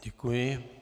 Děkuji.